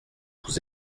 vous